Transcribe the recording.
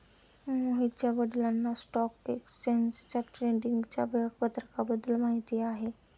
मोहितच्या वडिलांना stock exchange ट्रेडिंगच्या वेळापत्रकाबद्दल माहिती आहे